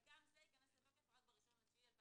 גם זה ייכנס לתוקף רק ב-1.9.2020.